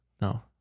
No